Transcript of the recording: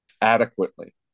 adequately